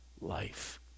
life